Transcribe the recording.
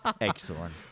Excellent